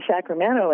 Sacramento